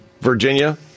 Virginia